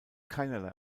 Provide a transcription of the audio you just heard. keinerlei